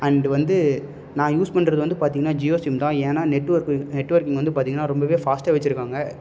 and வந்து நான் use பண்ணுறது வந்து பார்த்தீங்கன்னா ஜியோ சிம் தான் ஏன்னால் நெட் ஒர்க்கு நெட்வொர்க்கிங் வந்து பார்த்தீங்கன்னா ரொம்பவே ஃபாஸ்ட்டாக வச்சுருக்காங்க